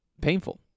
painful